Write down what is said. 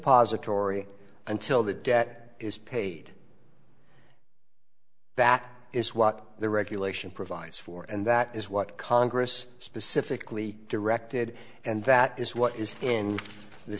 depository until the debt is paid that is what the regulation provides for and that is what congress specifically directed and that is what is in the